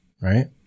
right